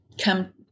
come